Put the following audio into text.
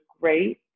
great